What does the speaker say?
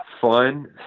fun